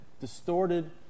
distorted